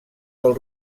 del